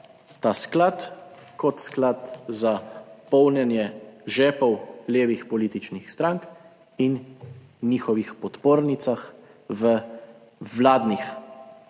ta sklad, kot sklad za polnjenje žepov levih političnih strank in njihovih podpornicah v vladnih,